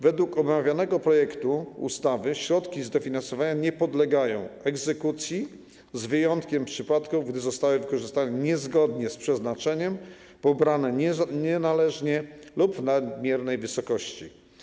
Według omawianego projektu ustawy środki z dofinansowania nie podlegają egzekucji, z wyjątkiem przypadków gdy zostały wykorzystane niezgodnie z przeznaczeniem, pobrane nienależnie lub w nadmiernej wysokości.